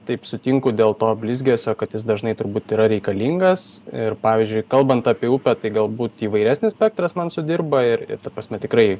taip sutinku dėl to blizgesio kad jis dažnai turbūt yra reikalingas ir pavyzdžiui kalbant apie upę tai galbūt įvairesnis spektras man sudirba ir ir ta prasme tikrai